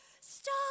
stop